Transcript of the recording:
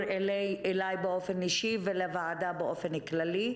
אליי באופן אישי ולוועדה באופן כללי,